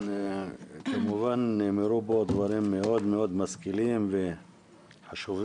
כמובן נאמרו פה דברים מאוד מאוד משכילים וחשובים.